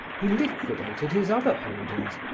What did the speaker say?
he liquidated his other holdings,